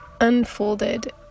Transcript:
unfolded